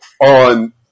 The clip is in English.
on